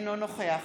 אינו נוכח